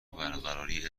برقراری